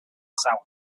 south